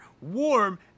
warm